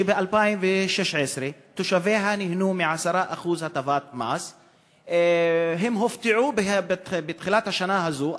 שב-2016 תושביה נהנו מהטבת מס של 10% הם הופתעו בתחילת השנה הזאת,